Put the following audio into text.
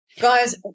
Guys